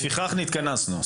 לפיכך נתכנסנו.